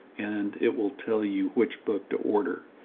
and it will tell you which book to order.